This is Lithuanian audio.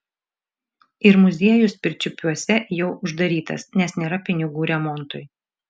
ir muziejus pirčiupiuose jau uždarytas nes nėra pinigų remontui